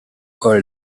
all